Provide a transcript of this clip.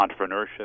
entrepreneurship